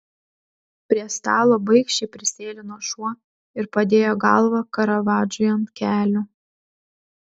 prie stalo baikščiai prisėlino šuo ir padėjo galvą karavadžui ant kelių